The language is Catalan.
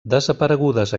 desaparegudes